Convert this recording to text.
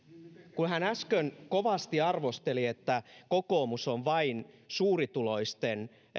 kun hän äsken kovasti arvosteli että kokoomus on vain suurituloisten